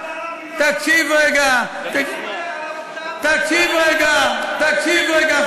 תקשיב רגע, תקשיב רגע, תקשיב רגע.